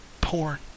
porn